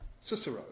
Cicero